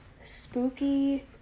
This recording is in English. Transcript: spooky